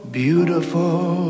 beautiful